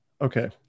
Okay